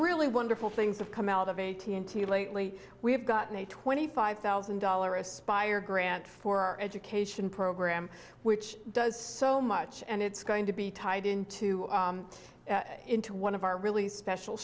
really wonderful things have come out of a t n t lately we have gotten a twenty five thousand dollar aspire grant for our education program which does so much and it's going to be tied into into one of our really special